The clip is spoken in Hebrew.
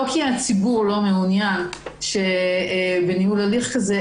לא כי הציבור לא מעוניין בניהול הליך כזה,